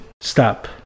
stop